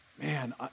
man